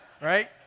right